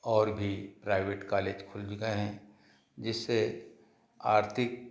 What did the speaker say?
और भी private college खुल भी गए हैं जिससे आर्थिक